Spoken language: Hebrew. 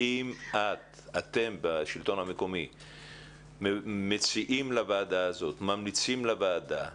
האם אתם בשלטון המקומי מציעים לוועדה הזאת,